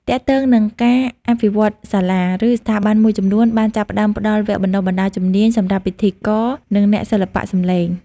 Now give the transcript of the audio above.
ទាក់ទងនឹងការអភិវឌ្ឍន៍សាលា ឬស្ថាប័នមួយចំនួនបានចាប់ផ្តើមផ្តល់ វគ្គបណ្ដុះបណ្ដាលជំនាញ សម្រាប់ពិធីករ និងអ្នកសិល្បៈសំឡេង។